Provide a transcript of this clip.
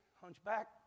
hunchback